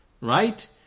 Right